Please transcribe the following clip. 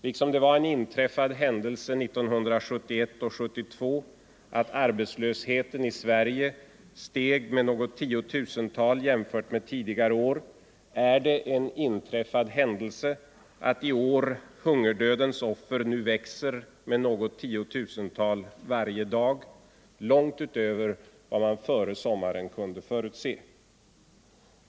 Liksom det var en ”inträffad händelse” 1971 och 1972 att arbetslösheten i Sverige steg med något tiotusental jämfört med tidigare år är det en ”inträffad händelse” att i år hungerdödens offer nu växer med något tiotusental varje dag, långt utöver vad man före sommaren kunde förutse.